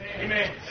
Amen